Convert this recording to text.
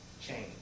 change